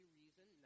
reason